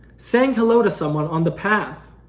saying hello to someone on the path,